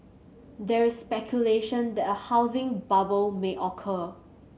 there is speculation that a housing bubble may occur